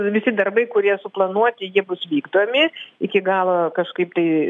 visi darbai kurie suplanuoti jie bus vykdomi iki galo kažkaip tai